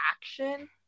action